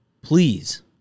please